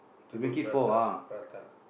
to do prata prata